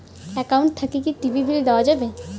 Account থাকি কি TV bill দেওয়া যাবে?